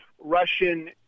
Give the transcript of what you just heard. Russian